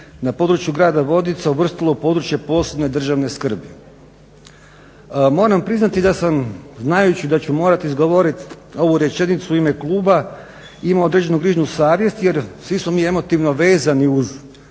na području grada Vodica uvrstilo u područje posebne državne skrbi. Moram priznati da sam znajući da ću morati izgovoriti ovu rečenicu u ime kluba imao određenu grižnju savjesti jer svi smo mi emotivno vezani uz